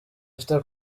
dufite